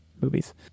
movies